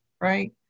right